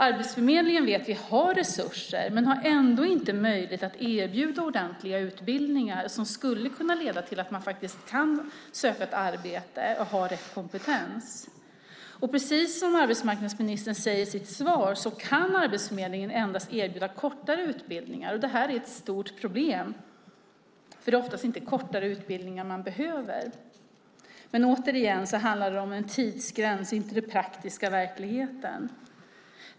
Arbetsförmedlingen har resurser men har ändå inte möjlighet att erbjuda ordentliga utbildningar som skulle kunna leda till att man kan söka ett arbete och har rätt kompetens. Precis som arbetsmarknadsministern säger i sitt svar kan Arbetsförmedlingen endast erbjuda kortare utbildningar. Det är ett stort problem, för det är oftast inte kortare utbildningar man behöver. Men återigen handlar det om en tidsgräns, inte den praktiska verkligheten.